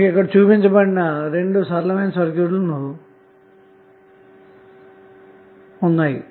క్రింద చూపించిన రెండు సమానమైన సర్క్యూట్ లు తీసుకొందాము